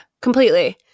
completely